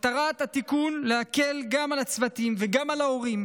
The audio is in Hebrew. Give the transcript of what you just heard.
מטרת התיקון היא להקל גם על הצוותים וגם על ההורים